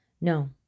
No